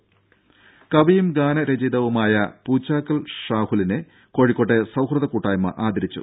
ദേദ കവിയും ഗാനരചയിതാവുമായ പൂച്ചാക്കൽ ഷാഹുലിനെ കോഴിക്കോട്ടെ സൌഹൃദ കൂട്ടായ്മ ആദരിച്ചു